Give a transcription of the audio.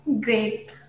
Great